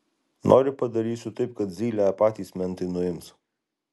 nori padarysiu taip kad zylę patys mentai nuims